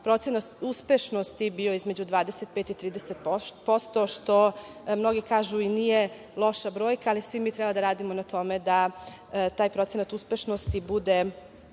procenat uspešnosti bio od 25 do 30%, što mnogi kažu da nije loša brojka, ali svi mi treba da radimo na tome da taj procenat uspešnosti bude